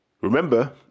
Remember